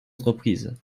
entreprises